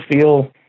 feel